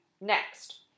next